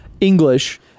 English